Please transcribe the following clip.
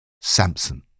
Samson